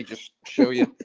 just show you.